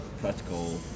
practical